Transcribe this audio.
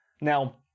Now